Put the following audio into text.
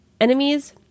enemies